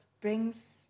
brings